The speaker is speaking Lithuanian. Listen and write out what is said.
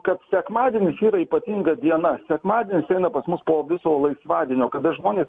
kad sekmadienis yra ypatinga diena sekmadienis eina pas mus po viso laisvadienio kada žmonės